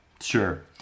Sure